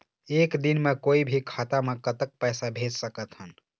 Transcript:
एक दिन म कोई भी खाता मा कतक पैसा भेज सकत हन?